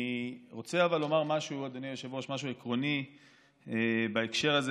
אני רוצה לומר משהו עקרוני בהקשר הזה.